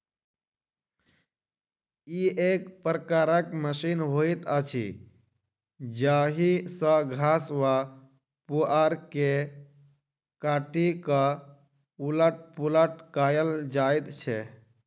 ई एक प्रकारक मशीन होइत अछि जाहि सॅ घास वा पुआर के काटि क उलट पुलट कयल जाइत छै